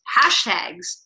hashtags